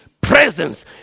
presence